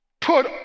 put